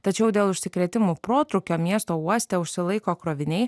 tačiau dėl užsikrėtimų protrūkio miesto uoste užsilaiko kroviniai